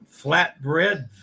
flatbread